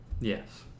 Yes